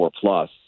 plus